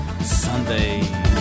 Sunday